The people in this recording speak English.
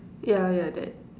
ya ya that